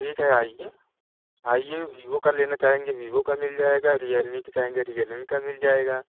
ठीक है आइए आइए विवो का लेना चाहेंगे विवो का मिल जाएगा रियलमी का चाहेंगे रियलमी का मिल जाएगा